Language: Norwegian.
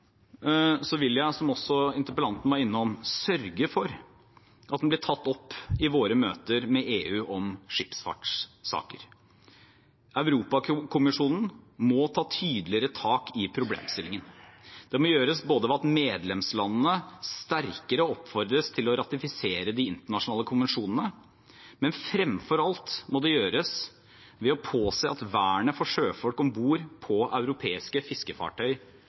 vil jeg, som også interpellanten var innom, sørge for at den blir tatt opp i våre møter med EU om skipsfartssaker. Europakommisjonen må ta tydeligere tak i problemstillingen. Det må gjøres ved at medlemslandene sterkere oppfordres til å ratifisere de internasjonale konvensjonene, men fremfor alt må det gjøres ved å påse at vernet for sjøfolk om bord på europeiske fiskefartøy